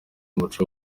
umuco